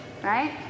right